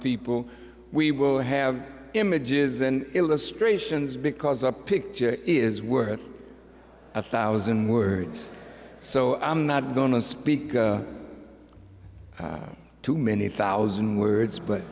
people we will have images and illustrations because a picture is worth a thousand words so i'm not going to speak too many thousand words but